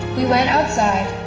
we went outside.